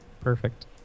Perfect